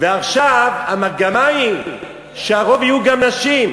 ועכשיו המגמה היא שהרוב יהיו נשים,